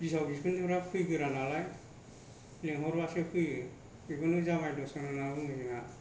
बिहाव बिखुनजोफ्रा फैग्रोआ नालाय लेंहरबासो फैयो बेखौनो जामाय दरसन होनना बुङो